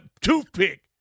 toothpick